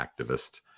activist